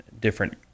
different